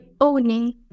owning